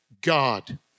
God